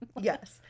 Yes